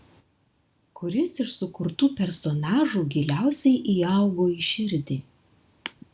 kuris iš sukurtų personažų giliausiai įaugo į širdį